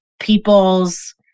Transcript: people's